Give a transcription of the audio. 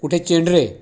कुठे चेंडरे